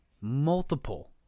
multiple